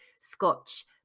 scotch